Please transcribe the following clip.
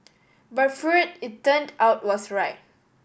but Freud it turned out was right